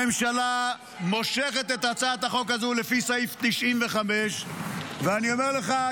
הממשלה מושכת את הצעת החוק הזו לפי סעיף 95. אני אומר לך,